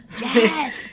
Yes